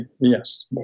yes